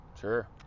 Sure